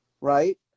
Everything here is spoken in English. right